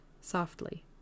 softly